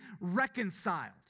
reconciled